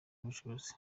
ubushobozi